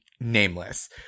nameless